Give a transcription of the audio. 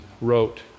wrote